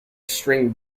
string